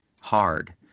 hard